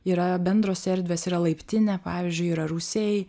yra bendros erdvės yra laiptinė pavyzdžiui yra rūsiai